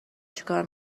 چیکار